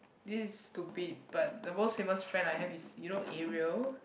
this is stupid but the most famous friend I have is you know Ariel